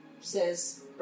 Says